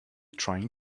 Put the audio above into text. trying